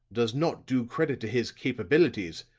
does not do credit to his capabilities,